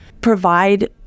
provide